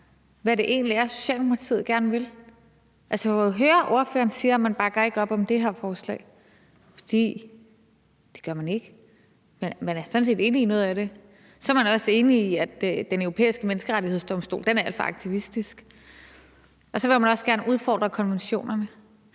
hvad det egentlig er, Socialdemokratiet gerne vil. Vi hører ordføreren sige, at man ikke bakker op om det her forslag, fordi det gør man ikke. Man er sådan set enig i noget af det, og man er også enig i, at Den Europæiske Menneskerettighedsdomstol er for aktivistisk, og så vil man også gerne udfordre konventionerne.